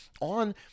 on